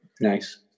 Nice